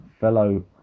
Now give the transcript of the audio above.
fellow